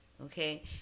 Okay